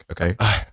okay